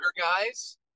guys